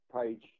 Page